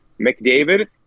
McDavid